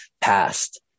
past